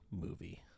movie